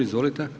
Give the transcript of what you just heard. Izvolite.